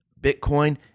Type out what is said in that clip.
Bitcoin